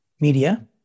media